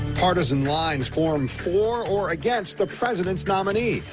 partisan lines form for or against the president's nominee.